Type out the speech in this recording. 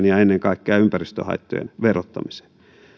ja ennen kaikkea ympäristöhaittojen verottamiseen